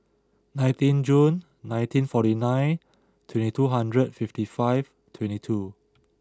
nineteen June nineteen forty nine twenty two hundred fifty five twenty two